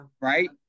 Right